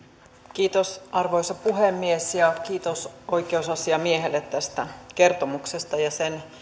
kiitos arvoisa puhemies ja kiitos oikeusasiamiehelle tästä kertomuksesta ja sen